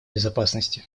безопасности